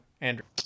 Andrew